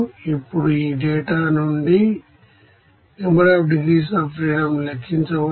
ఇప్పుడు ఈ డేటా నుండి NDF లెక్కించవచ్చు